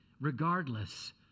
regardless